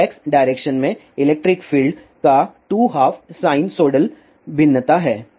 तो x direction में electric field का टू हाफ साइनसोइडल भिन्नता है